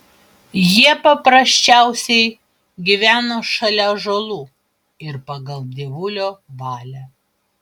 jie paprasčiausiai gyveno šalia ąžuolų ir pagal dievulio valią